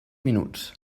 minuts